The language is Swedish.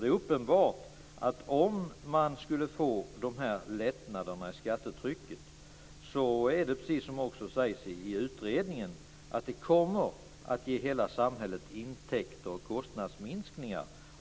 Det är uppenbart att om man skulle få dessa lättnader i skattetrycket och